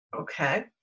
Okay